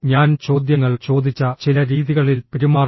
ഞാൻ ചോദ്യങ്ങൾ ചോദിച്ച ചില രീതികളിൽ പെരുമാറുക